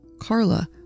Carla